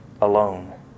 Alone